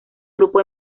grupo